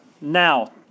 now